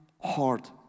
heart